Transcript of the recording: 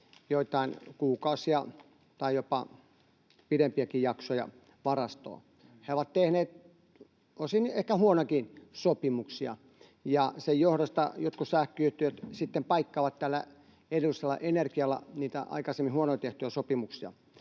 joitain kuukausia tai jopa pidempiäkin jaksoja varastoon. He ovat tehneet osin ehkä huonojakin sopimuksia, ja sen johdosta jotkut sähköyhtiöt sitten paikkaavat tällä edullisella energialla niitä aikaisemmin tehtyjä huonoja sopimuksia.